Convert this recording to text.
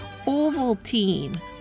Ovaltine